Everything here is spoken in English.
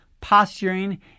posturing